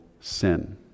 sin